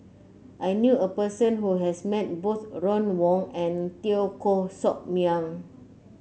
I knew a person who has met both Ron Wong and Teo Koh Sock Miang